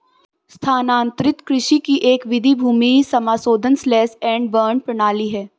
स्थानांतरित कृषि की एक विधि भूमि समाशोधन स्लैश एंड बर्न प्रणाली है